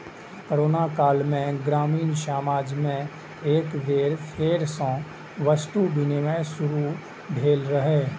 corona काल मे ग्रामीण समाज मे एक बेर फेर सं वस्तु विनिमय शुरू भेल रहै